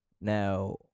now